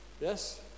yes